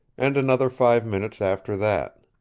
and another five minutes after that.